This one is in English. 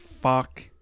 fuck